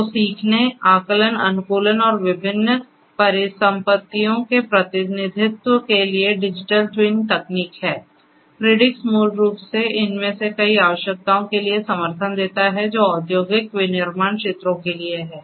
तो सीखने आकलन अनुकूलन और विभिन्न परिसंपत्तियों के प्रतिनिधित्व के लिए डिजिटल ट्विन तकनीकहै प्रीडिक्स मूल रूप से इनमें से कई आवश्यकताओं के लिए समर्थन देता है जो औद्योगिक विनिर्माण क्षेत्रों के लिए हैं